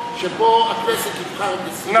שתחוקק חוק שלפיו הכנסת תבחר את נשיא בית-המשפט העליון.